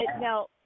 now